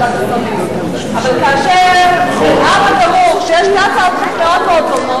אבל כאשר נראה בבירור שיש שתי הצעות חוק מאוד דומות,